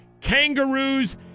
Kangaroos